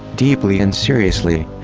deeply and seriously.